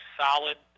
solid